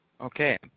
Okay